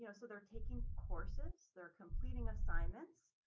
you know so they're taking courses, they're completing assignments.